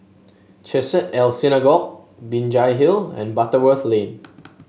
Chesed El Synagogue Binjai Hill and Butterworth Lane